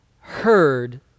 heard